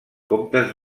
comtes